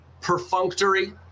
perfunctory